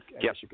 Yes